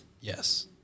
Yes